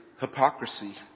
hypocrisy